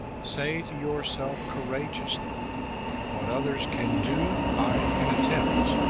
say to yourself courageously what others can do, i can attempt.